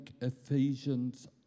Ephesians